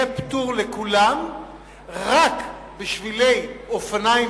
יהיה פטור לכולם רק בשבילי אופניים,